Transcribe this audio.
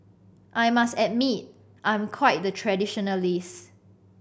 I must admit I'm quite the traditionalist